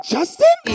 Justin